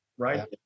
Right